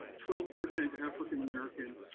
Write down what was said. twelve percent african american,